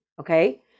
Okay